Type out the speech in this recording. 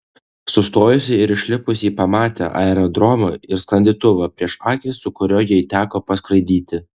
sustojusi ir išlipusi ji pamatė aerodromą ir sklandytuvą prieš akis su kuriuo jai teko paskraidyti